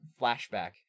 flashback